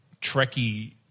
Trekkie